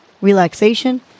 relaxation